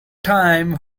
time